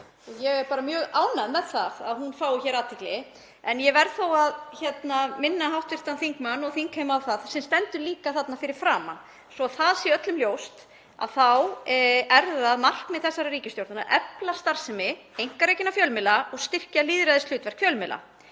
og ég er mjög ánægð með að hún fái hér athygli. Ég verð þó að minna hv. þingmann og þingheim á það sem stendur líka þarna fyrir framan. Svo að það sé öllum ljóst þá er það markmið þessarar ríkisstjórnar að efla starfsemi einkarekinna fjölmiðla og styrkja lýðræðishlutverk fjölmiðla.